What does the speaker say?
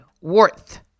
worth